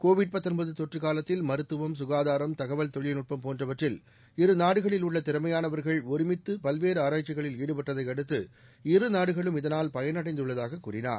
Covid தொற்று காலத்தில் மருத்துவம் குகாதாரம் தகவல் தொழில்நுட்பம் போன்றவற்றில் இரு நாடுகளில் உள்ள திறமையானவர்கள் ஒருமித்து பல்வேறு ஆராய்ச்சிகளில் ஈடுபட்டதையடுத்து இரு நாடுகளும் இதனால் பயனடைந்துள்ளதாக கூறினார்